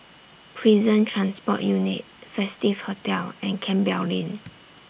Prison Transport Unit Festive Hotel and Campbell Lane